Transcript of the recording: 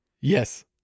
Yes